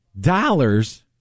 dollars